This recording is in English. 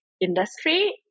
industry